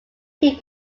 team